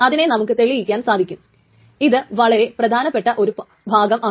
അതിനെ നമുക്ക് തെളിയിക്കാൻ സാധിക്കും ഇത് വളരെ പ്രധാനപ്പെട്ട ഒരു ഭാഗമാണ്